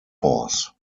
force